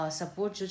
support